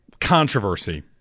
controversy